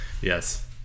yes